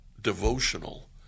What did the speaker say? devotional